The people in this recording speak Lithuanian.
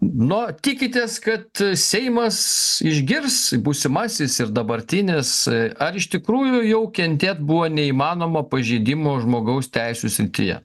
na tikitės kad seimas išgirs būsimasis ir dabartinis ar iš tikrųjų jau kentėt buvo neįmanoma pažeidimų žmogaus teisių srityje